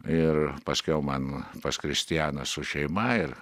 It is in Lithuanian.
ir paskiau man pas kristianą su šeima ir